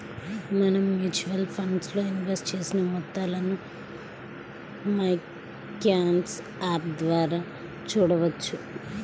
మనం mutual funds లో invest చేసిన మొత్తాలను మైక్యామ్స్ యాప్ ద్వారా చూడవచ్చు